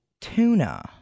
tuna